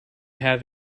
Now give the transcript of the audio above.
have